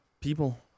people